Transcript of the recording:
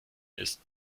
ist